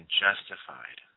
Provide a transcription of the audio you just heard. justified